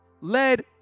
led